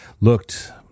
looked